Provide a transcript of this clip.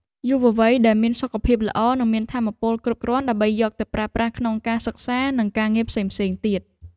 យុវវ័យដែលមានសុខភាពល្អនឹងមានថាមពលគ្រប់គ្រាន់ដើម្បីយកទៅប្រើប្រាស់ក្នុងការសិក្សានិងការងារផ្សេងៗទៀត។